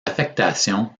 affection